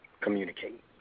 communicate